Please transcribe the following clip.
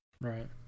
Right